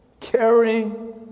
caring